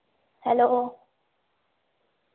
hello